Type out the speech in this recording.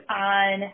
on